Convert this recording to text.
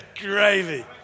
gravy